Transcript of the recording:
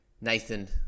Nathan